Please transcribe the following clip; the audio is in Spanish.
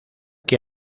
que